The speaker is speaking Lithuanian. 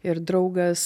ir draugas